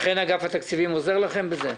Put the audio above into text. לכן אגף התקציבים עוזר לכם בזה?